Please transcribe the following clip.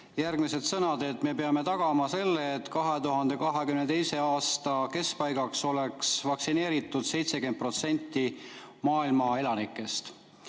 järgmised sõnad: me peame tagama selle, et 2022. aasta keskpaigaks oleks vaktsineeritud 70% maailma elanikest.